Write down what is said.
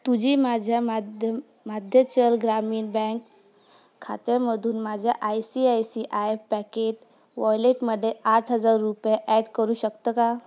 तुझी माझ्या माध्य माध्यचल ग्रामीण बँक खात्यामधून माझ्या I C I C I Pockets वॉलेटमध्ये आठ हजार रुपये ॲड करू शकतं का